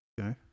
Okay